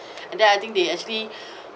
and then I think they actually